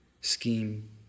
Scheme